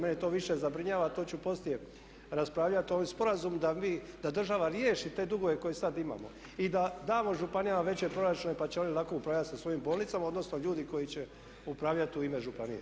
Mene to više zabrinjava, to ću poslije raspravljati ovaj sporazum, da država riješi te dugove koje sad imamo i da damo županijama veće proračune pa će oni lako upravljati sa svojim bolnicama, odnosno ljudi koji će upravljati u ime županije.